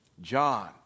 John